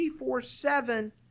24-7